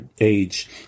age